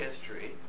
history